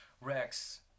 Rex